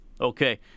Okay